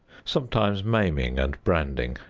sometimes maiming and branding,